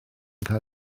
cael